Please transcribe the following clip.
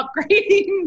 upgrading